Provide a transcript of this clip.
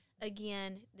Again